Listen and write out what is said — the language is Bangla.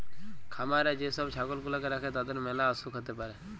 খামারে যে সব ছাগল গুলাকে রাখে তাদের ম্যালা অসুখ হ্যতে পারে